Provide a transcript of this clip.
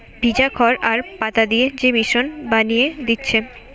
ভিজা খড় আর পাতা দিয়ে যে মিশ্রণ বানিয়ে দিচ্ছে